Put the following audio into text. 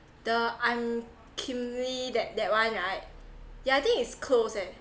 the I'm kimlee that that one right yeah I think it's closed eh